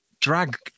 drag